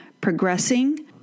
progressing